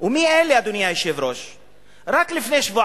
ומי אלה, אדוני היושב-ראש?